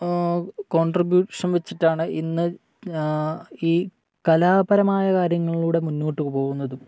contribution വെച്ചിട്ടാണ് ഇന്ന് ഈ കലാപരമായ കാര്യങ്ങളിലൂടെ മുന്നോട്ടുപോകുന്നതും